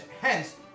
hence